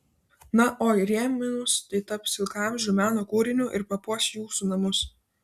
na o įrėminus tai taps ilgaamžiu meno kūriniu ir papuoš jūsų namus